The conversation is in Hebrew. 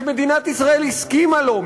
שמדינת ישראל הסכימה לו,